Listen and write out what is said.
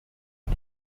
ist